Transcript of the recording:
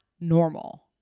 normal